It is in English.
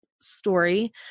story